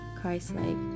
christ-like